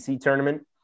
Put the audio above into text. tournament